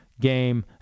game